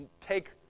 Take